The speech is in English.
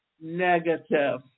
negative